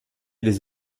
les